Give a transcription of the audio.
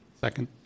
Second